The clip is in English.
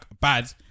bad